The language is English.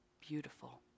beautiful